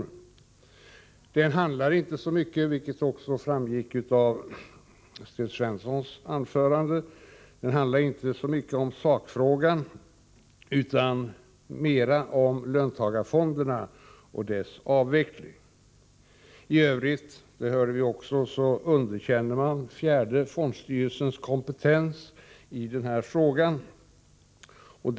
Den Medelsramen för handlar inte så mycket — vilket också framgick av Sten Svenssons anförande — allmänna pensionsom sakfrågan utan mer om löntagarfonderna och deras avveckling. I övrigt — fondens fjärde det hörde vi också — underkänner man fjärde fondstyrelsens kompetens i den fondstyrelse här frågan.